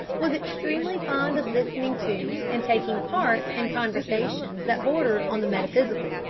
was extremely fond of listening to and taking part in conversations that bordered on the metaphysical,